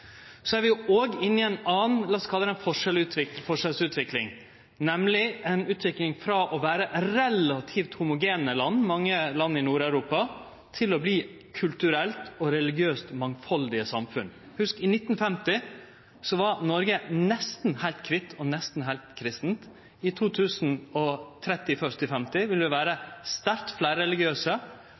er vi òg inne i ei anna, lat oss kalle det, forskjellsutvikling, nemleg ei utvikling frå å vere relativt homogene land, mange land i Nord-Europa, til å verte kulturelt og religiøst mangfaldige samfunn. Hugs at i 1950 var Noreg nesten heilt kvitt og nesten heilt kristent. I 2030, 2040, 2050 vil vi vere